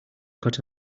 cut